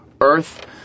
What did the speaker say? Earth